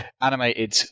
animated